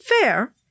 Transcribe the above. Fair